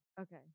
okay